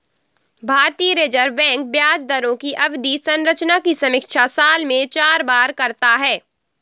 भारतीय reserve bank ब्याज दरों की अवधि संरचना की समीक्षा साल में चार बार करता है